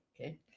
Okay